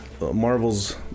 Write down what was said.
Marvel's